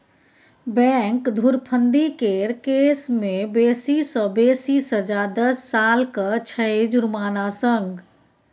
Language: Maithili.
बैंक धुरफंदी केर केस मे बेसी सँ बेसी सजा दस सालक छै जुर्माना संग